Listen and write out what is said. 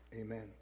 amen